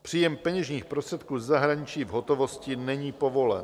Příjem peněžních prostředků ze zahraničí v hotovosti není povolen.